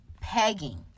Pegging